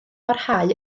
barhau